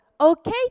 okay